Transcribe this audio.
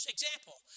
Example